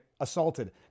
assaulted